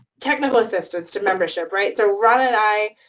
technical assistance to membership, right? so raana and i,